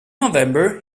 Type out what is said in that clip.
november